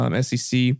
SEC